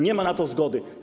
Nie ma na to zgody.